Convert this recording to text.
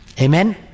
Amen